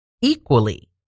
equally